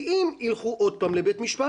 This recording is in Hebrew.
כי אם ילכו עוד פעם לבית משפט,